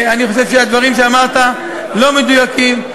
אני חושב שהדברים שאמרת לא מדויקים.